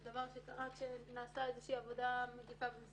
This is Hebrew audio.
זה דבר שקורה כשנעשית איזו שהיא עבודה במסגרת